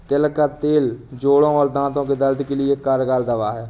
तिल का तेल जोड़ों और दांतो के दर्द के लिए एक कारगर दवा है